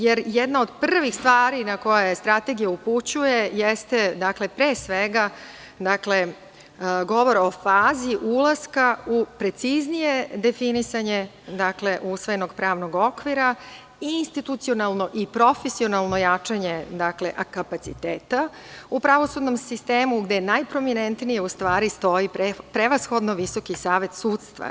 Jedna od prvih stvari na koje strategija upućuje jeste pre svega govor o fazi ulaska u preciznije definisanje usvojenog pravnog okvira i institucionalno i profesionalno jačanje kapaciteta u pravosudnom sistemu, gde najprominentije u stvari stoji prevashodno Visoki savet sudstva.